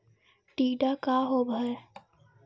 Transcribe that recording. टीडा का होव हैं?